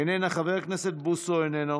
איננה, חבר הכנסת בוסו, איננו,